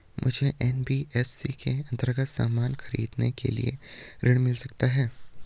मुझे एन.बी.एफ.सी के अन्तर्गत सामान खरीदने के लिए ऋण मिल सकता है?